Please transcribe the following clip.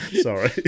Sorry